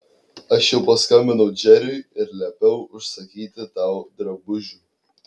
aš jau paskambinau džeriui ir liepiau užsakyti tau drabužių